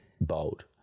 Bold